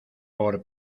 por